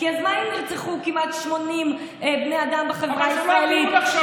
כי אז מה אם נרצחו כמעט 80 בני אדם בחברה הישראלית.